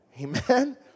Amen